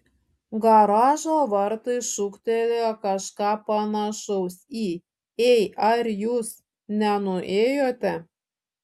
garažo vartai šūktelėjo kažką panašaus į ei ar jūs nenuėjote